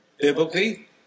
biblically